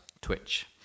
twitch